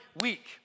week